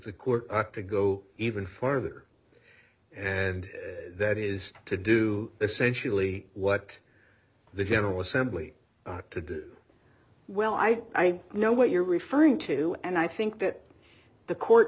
the court to go even farther and that is to do essentially what the general assembly to do well i know what you're referring to and i think that the court